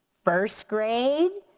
first grade,